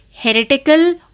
heretical